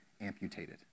amputated